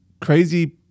crazy